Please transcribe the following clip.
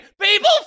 People